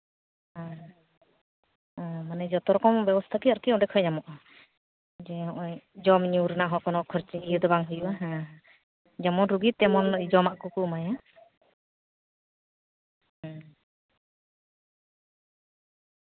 ᱦᱩᱸ ᱢᱟᱱᱮ ᱡᱷᱚᱛᱚ ᱨᱚᱠᱚᱢᱟᱜ ᱵᱮᱵᱚᱥᱛᱷᱟ ᱜᱮ ᱟᱨᱠᱤ ᱚᱸᱰᱮ ᱠᱷᱚᱱᱟᱜ ᱧᱟᱢᱚᱜᱼᱟ ᱦᱮᱸ ᱡᱚᱢᱼᱧᱩ ᱨᱮᱱᱟᱜ ᱦᱚᱸ ᱠᱷᱚᱨᱪᱟ ᱤᱭᱟᱹ ᱫᱚ ᱵᱟᱝ ᱦᱩᱭᱩᱜᱼᱟ ᱦᱮᱸ ᱡᱮᱢᱚᱱ ᱨᱩᱜᱤ ᱛᱮᱢᱚᱱ ᱡᱚᱢᱟᱜ ᱠᱚᱠᱚ ᱮᱢᱟᱭᱟ ᱦᱩᱸ